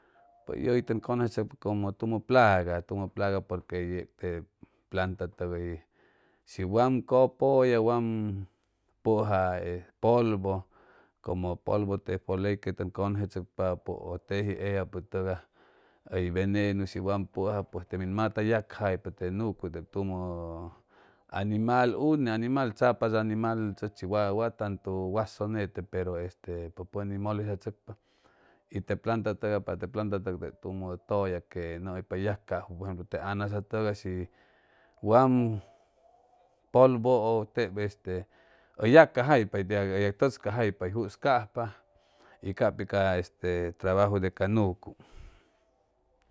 Pues yüji toy conosestucpa como tumo plaga, tumo plaga bosque e te planta tugay, shi wam copoya wam puja, poluvo como poluvo le foley que toy conyestescopopo o teji, ellapo tugay toy. Venenu shiy wam puja te min mata tu yacayaupa te yucu te tumo tumo animal, une animal tsapats animal chuchu wa taytu waso ñete pero este pony motestastucpa y te planta tugay para le planta tugay, leb tumo tugay que yomuyapa que yacayauwo por ejemplo te ayasa tugay, shi wam poluvo o' leb este u yacayaupa u yu tajcajaupa joscajpa y capi ca este trabajo de ca yucu